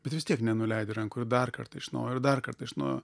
bet vis tiek nenuleidi rankų ir dar kartą iš naujo ir dar kartą iš naujo